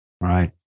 right